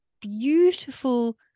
beautiful